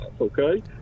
okay